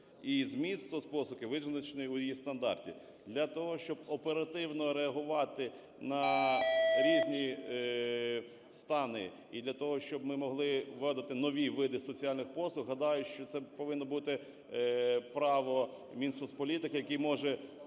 і зміст соцпослуги визначений у її стандарті, для того щоб оперативно реагувати на різні стан, і для того, щоб ми могли вводити нові види соціальних послуг. Гадаю, що це повинно бути право Мінсоцполітики, який може